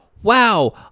Wow